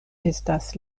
estas